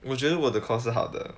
我觉得我的 core 是好的